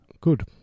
Good